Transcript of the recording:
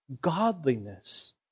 godliness